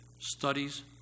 studies